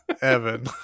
Evan